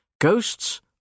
Ghosts